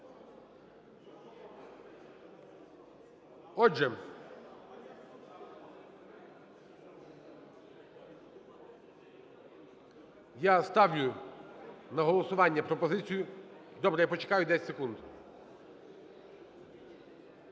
Отже, я ставлю на голосування пропозицію… Добре, я почекаю 10 секунд.